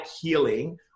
healing